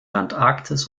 antarktis